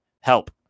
help